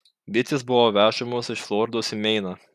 bitės buvo vežamos iš floridos į meiną